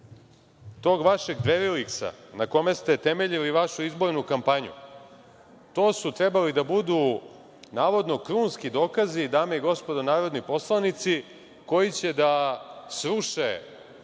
tog vašeg „Dveriliksa“ na kome ste temeljili vašu izbornu kampanju, to su trebali da budu navodno krunski dokazi, dame i gospodo narodni poslanici, koji će da sruše,